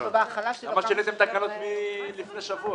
ובהחלה --- למה שיניתם תקנות מלפני שבוע?